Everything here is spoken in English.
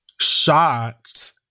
shocked